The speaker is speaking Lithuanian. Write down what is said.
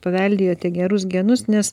paveldėjote gerus genus nes